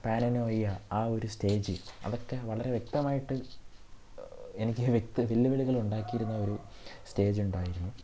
paranoia ആ ഒരു stage അതൊക്കെ വളരെ വ്യക്തമായിട്ട് എനിക്ക് വ്യക്തി വെല്ലുവിളികൾ ഉണ്ടാക്കിയിരുന്ന ഒരു സ്റ്റേജ് ഉണ്ടായിരുന്നു